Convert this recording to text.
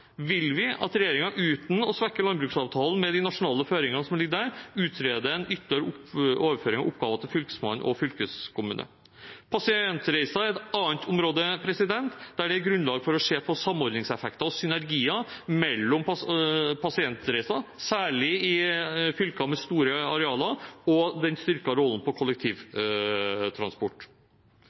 vil vi at regjeringen uten å svekke landbruksavtalen, med de nasjonale føringene som ligger der, utreder en ytterligere overføring av oppgaver til Fylkesmannen og fylkeskommunen. Pasientreiser er et annet område der det er grunnlag for å se på samordningseffekter og synergier, særlig i fylker med store arealer, og på den styrkede rollen til kollektivtransport.